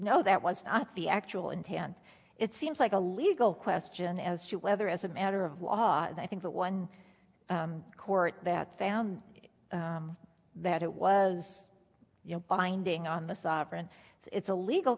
know that was not the actual intent it seems like a legal question as to whether as a matter of law i think that one court that found that it was you know binding on the sovereign it's a legal